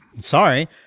sorry